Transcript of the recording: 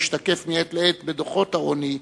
המשתקף מעת לעת בדוחות העוני,